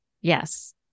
Yes